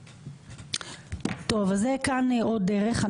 כאן זו עוד דרך.